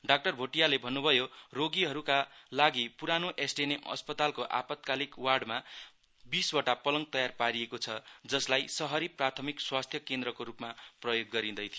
doctor भोटियाले भन्नु भयो रोगीहरूका लागि पुरानो एसटीएनएम अस्पतालको आपतकालिन वार्डमा बीसवटा पलङ तयार पारिएको छ जसलाई शहरी प्राथमिक स्वास्थ्य केन्द्रको रूपमा प्रयोग गरिँदै थियो